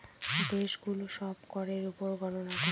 দেশে গুলো সব করের উপর গননা করে